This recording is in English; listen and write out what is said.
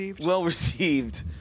well-received